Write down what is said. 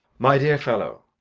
my dear fellow,